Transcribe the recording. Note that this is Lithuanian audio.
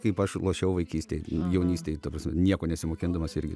kaip aš lošiau vaikystėj jaunystėj ta prasme nieko nesimokindamas irgi